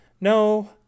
No